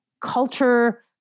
culture